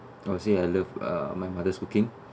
I'd say I love um my mother's cooking